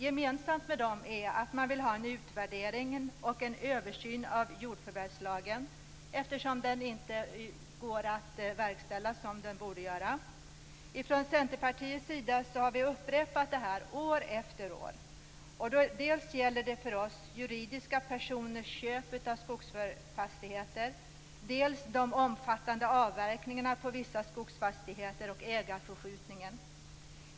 Gemensamt för motionerna är att man vill ha en utvärdering och översyn av jordförvärvslagen eftersom den inte kan verkställas såsom är tänkt. Vi har upprepat detta år efter år från Centerpartiets sida. Det gäller dels juridiska personers köp av skogsfastigheter, dels de omfattande avverkningarna på vissa skogsfastigheter och ägarförskjutningar.